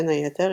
בין היתר,